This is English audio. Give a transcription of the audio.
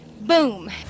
boom